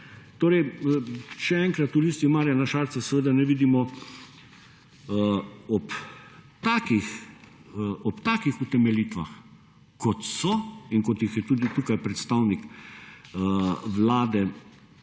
Torej, še enkrat, v Listi Marjana Šarca seveda ne vidimo ob takih, ob takih utemeljitvah, kot so in kot jih je tudi tukaj predstavnik Vlade